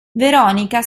veronica